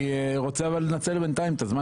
אני רוצה לנצל את הזמן